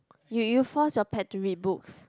you you force your pet to read books